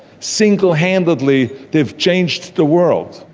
single-handedly they've changed the world.